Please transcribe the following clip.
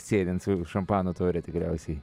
sėdint su šampano taure tikriausiai